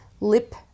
lip